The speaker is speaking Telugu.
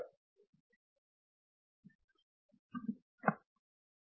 బై